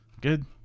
good